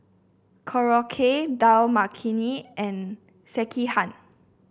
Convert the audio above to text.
Korokke Dal Makhani and Sekihan